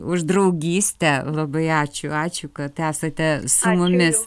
už draugystę labai ačiū ačiū kad esate su mumis